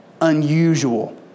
unusual